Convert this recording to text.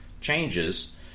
changes